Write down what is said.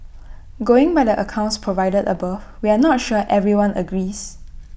going by the accounts provided above we're not sure everyone agrees